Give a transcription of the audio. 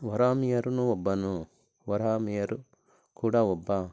ವರಾಹಮಿಹಿರನು ಒಬ್ಬನು ವರಾಹಮಿಹಿರ ಕೂಡ ಒಬ್ಬ